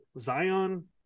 Zion